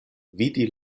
vidi